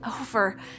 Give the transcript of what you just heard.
over